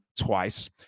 twice